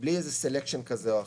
בלי איזה סלקשן כזה או אחר.